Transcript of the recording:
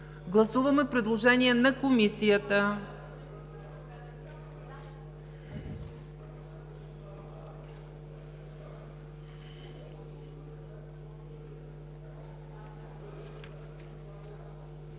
Гласуваме предложение на Комисията.